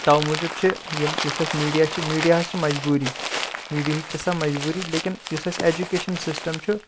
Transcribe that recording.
تَو موٗجوٗب چھِ یِم یُس اَسہِ میٖڈیا چھُ میٖڈیاہَس چھِ مَجبوٗری میٖڈیہٕچ چھِ سۄ مَجبوٗری لیکن یُس اَسہِ ایٚجُکیشَن سِسٹَم چھُ